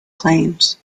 claims